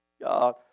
God